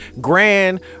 Grand